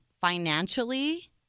financially